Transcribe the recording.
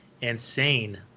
insane